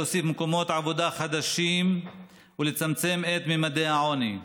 להוסיף מקומות עבודה חדשים ולצמצם את ממדי העוני.